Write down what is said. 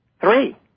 Three